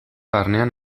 barnean